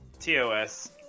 TOS